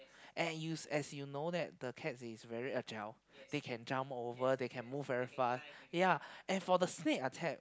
and you as you know that the cats is very agile they can jump over they can move very fast ya and for the snake attack